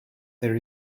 there